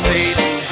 Satan